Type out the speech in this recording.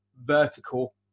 vertical